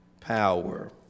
power